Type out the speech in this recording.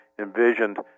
envisioned